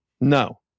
No